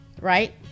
Right